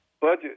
budget